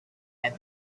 and